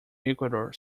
equator